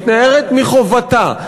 מתנערת מחובתה,